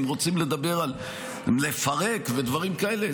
אם רוצים לדבר על לפרק ודברים כאלה,